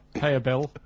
pay a bill,